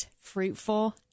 fruitful